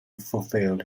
fulfill